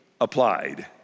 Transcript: applied